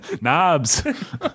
Knobs